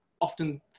often